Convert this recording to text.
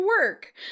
work